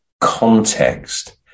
context